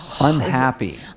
unhappy